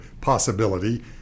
possibility